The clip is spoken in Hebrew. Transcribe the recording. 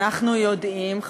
אנחנו יודעים,